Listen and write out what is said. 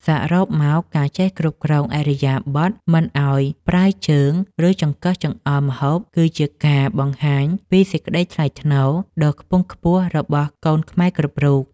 សរុបមកការចេះគ្រប់គ្រងឥរិយាបថមិនឱ្យប្រើជើង ឬចង្កឹះចង្អុលម្ហូបគឺជាការបង្ហាញពីសេចក្តីថ្លៃថ្នូរដ៏ខ្ពង់ខ្ពស់របស់កូនខ្មែរគ្រប់រូប។